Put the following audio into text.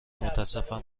متاسفم